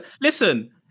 listen